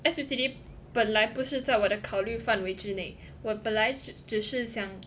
S_U_T_D 本来不是在我的考虑范围之内我本来只是想